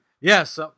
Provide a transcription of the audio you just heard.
Yes